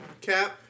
Cap